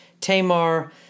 Tamar